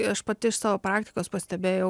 aš pati iš savo praktikos pastebėjau